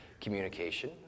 communication